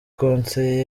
konseye